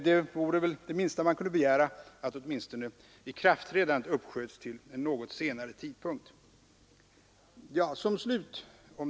Det minsta man kan begära vore väl att åtminstone ikraftträdandet uppsköts till en något senare tidpunkt.